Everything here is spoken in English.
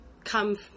come